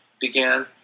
began